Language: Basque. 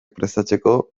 prestatzeko